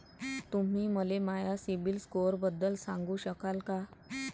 तुम्ही मले माया सीबील स्कोअरबद्दल सांगू शकाल का?